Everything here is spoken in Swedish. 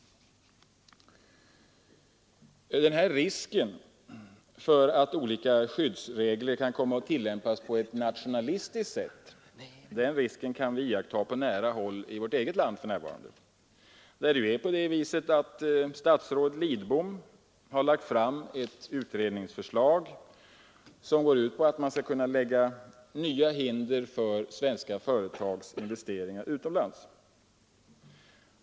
Risken för att olika skyddsregler kan komma att tillämpas på ett nationalistiskt sätt kan vi för närvarande iaktta på nära håll i vårt eget land. Statsrådet Lidbom har lagt fram ett utredningsförslag som går ut på att man skall kunna resa nya hinder för svenska företags investeringar utomlands.